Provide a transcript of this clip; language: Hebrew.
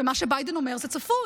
ומה שביידן אומר זה צפוי,